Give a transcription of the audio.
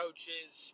Coaches